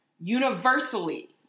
universally